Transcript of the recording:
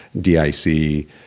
DIC